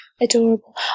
adorable